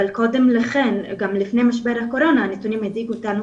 אבל קודם גם לפני משבר הקורונה הנתונים הדאיגו אותנו